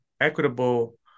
equitable